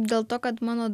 dėl to kad mano